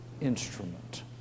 instrument